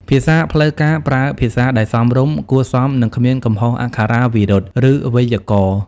ភាសាផ្លូវការ ប្រើភាសាដែលសមរម្យ គួរសម និងគ្មានកំហុសអក្ខរាវិរុទ្ធ ឬវេយ្យាករណ៍។